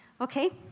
Okay